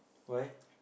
why